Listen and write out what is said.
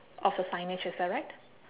of the signage is that right